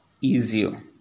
easier